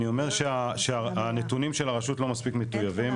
אני אומר שהנתונים של הרשות לא מספיק מטויבים,